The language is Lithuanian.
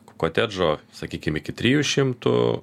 kotedžo sakykim iki trijų šimtų